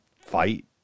fight